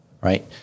right